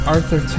Arthur